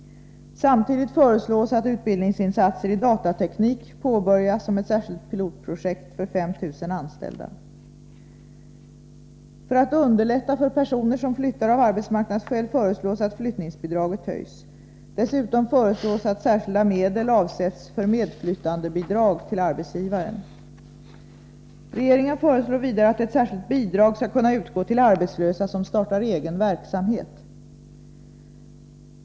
Samtidigt föreslås att utbildningsinsatser i datateknik påbörjas som ett särskilt pilotprojekt för 5 000 anställda. För att underlätta för personer som flyttar av arbetsmarknadsskäl föreslås att flyttningsbidraget höjs. Dessutom föreslås att särskilda medel avsätts för medflyttandebidrag till arbetsgivaren. Regeringen föreslår vidare att ett särskilt bidrag skall kunna utgå till arbetslösa som startar egen verksamhet.